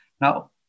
Now